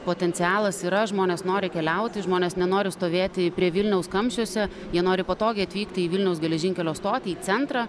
potencialas yra žmonės nori keliauti žmonės nenori stovėti prie vilniaus kamščiuose jie nori patogiai atvykti į vilniaus geležinkelio stotį į centrą